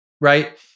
right